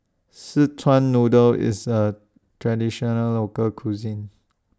Szechuan Noodle IS A Traditional Local Cuisine